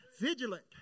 vigilant